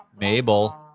Mabel